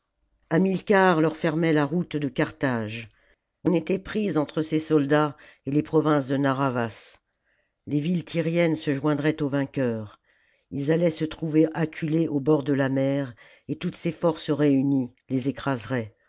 hamilcar leur fermait la route de carthage on était pris entre ses soldats et les provinces de narr'havas les villes tjriennes se joindraient aux vainqueurs ils allaient se trouver acculés au bord de la mer et toutes ces forces réunies les écraseraient